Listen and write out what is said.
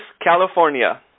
California